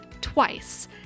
twice